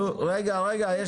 רגע, רגע.